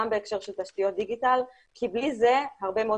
גם בהקשר של תשתיות דיגיטל כי בלי זה הרבה מאוד